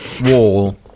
wall